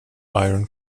iron